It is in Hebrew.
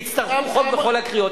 יצטרכו חוק בכל הקריאות.